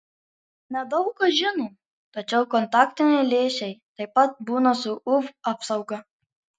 ne daug kas žino tačiau kontaktiniai lęšiai taip pat būna su uv apsauga